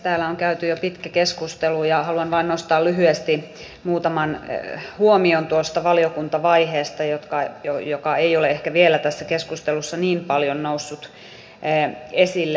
täällä on käyty jo pitkä keskustelu ja haluan vain nostaa lyhyesti tuosta valiokuntavaiheesta muutaman huomion jotka eivät ole ehkä vielä tässä keskustelussa niin paljon nousseet esille